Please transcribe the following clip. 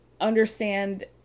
understand